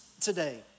today